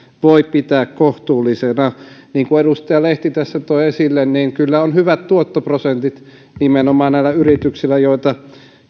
voi pitää kohtuullisena niin kuin edustaja lehti tässä toi esille kyllä on hyvät tuottoprosentit nimenomaan näillä yrityksillä joita